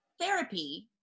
Therapy